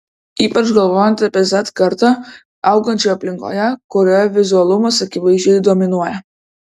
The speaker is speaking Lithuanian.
ypač galvojant apie z kartą augančią aplinkoje kurioje vizualumas akivaizdžiai dominuoja